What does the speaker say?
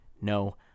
No